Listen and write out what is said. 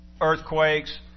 earthquakes